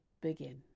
begin